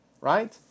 Right